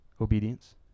Obedience